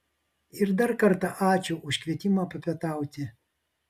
ir dar kartą ačiū už kvietimą papietauti